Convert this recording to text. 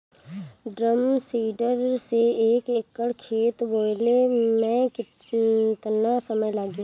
Drum seeder से एक एकड़ खेत बोयले मै कितना समय लागी?